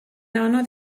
anodd